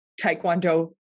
Taekwondo